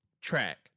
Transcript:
track